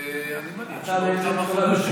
ואני מניח שבעוד כמה חודשים,